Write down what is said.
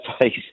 face